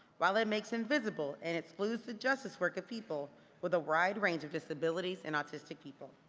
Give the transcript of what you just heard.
while it makes invisible and excludes the justice work of people with a wide range of disabilities and autistic people.